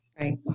Right